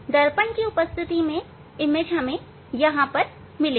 दर्पण की उपस्थिति में प्रतिबिंब आपको यहां मिलेगा